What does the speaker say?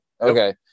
Okay